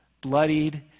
bloodied